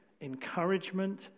encouragement